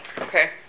Okay